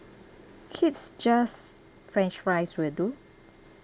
kids just french fries will do